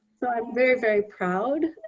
so i'm very, very proud